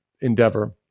endeavor